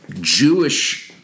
Jewish